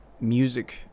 music